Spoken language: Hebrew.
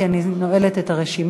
כי אני נועלת את הרשימה.